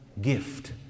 gift